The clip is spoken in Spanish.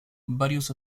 varios